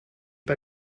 pas